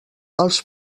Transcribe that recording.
els